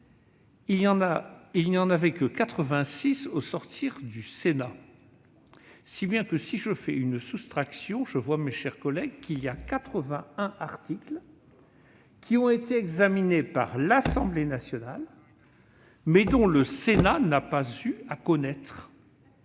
il n'en comptait que 86 au sortir du Sénat. Si je fais une soustraction, je vois, mes chers collègues, que 81 articles ont été examinés par l'Assemblée nationale et dont le Sénat n'a pas eu à connaître.